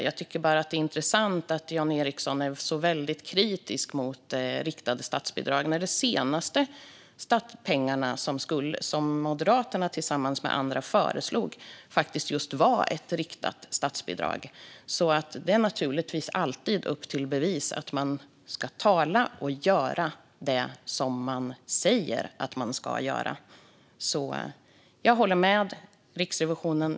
Jag tycker att det är intressant att Jan Ericson är så väldigt kritisk mot riktade statsbidrag när de senaste pengarna som Moderaterna tillsammans med andra föreslog faktiskt var just ett riktat statsbidrag. Det är naturligtvis alltid upp till bevis när det gäller att tala och sedan göra det man säger att man ska göra. Jag håller med Riksrevisionen.